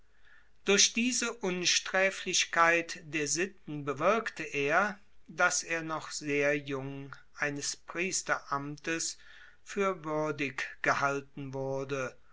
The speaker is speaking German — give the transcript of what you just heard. durch diese unsträflichkeit der sitten bewirkte er daß er noch sehr jung eines priesteramtes für würdig gehalten wurde